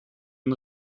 den